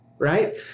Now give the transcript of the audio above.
Right